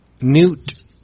Newt